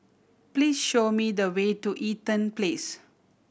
please show me the way to Eaton Place